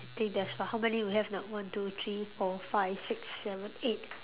think that's all how many you have now one two three four five six seven eight